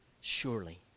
surely